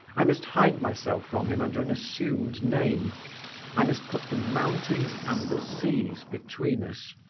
i must hide myself from him under an assumed name i must put the mountains and the seas between us.